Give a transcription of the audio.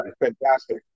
fantastic